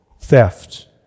theft